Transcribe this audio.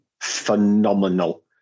phenomenal